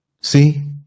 See